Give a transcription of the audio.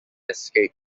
escape